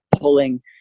pulling